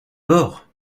bord